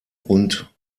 und